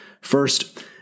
First